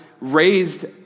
raised